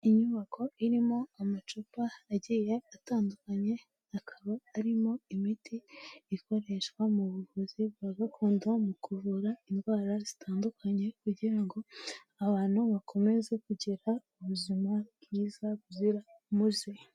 Inyubako irimo amacupa agiye atandukanye, akaba arimo imiti ikoreshwa mu buvuzi bwa gakondo mu kuvura indwara zitandukanye kugira ngo abantu bakomeze kugira ubuzima bwiza buzira umuze.